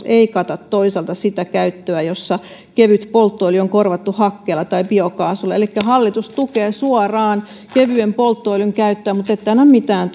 ei kata toisaalta sitä käyttöä jossa kevyt polttoöljy on korvattu hakkeella tai biokaasulla elikkä hallitus tukee suoraan kevyen polttoöljyn käyttöä mutta ette anna mitään